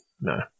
No